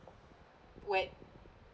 wet